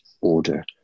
order